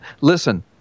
Listen